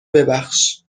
ببخش